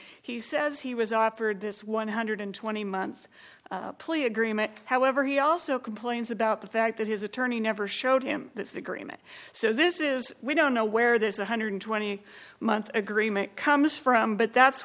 he says he was offered this one hundred and twenty month plea agreement however he also complains about the fact that his attorney never showed him that agreement so this is we don't know where this one hundred and twenty month agreement comes from but that's